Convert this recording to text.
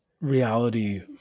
reality